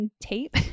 tape